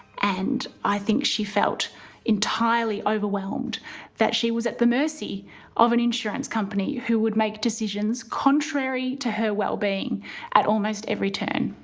and i think she felt entirely overwhelmed that she was at the mercy of an insurance company who would make decisions contrary to her wellbeing at almost every turn.